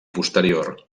posterior